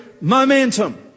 momentum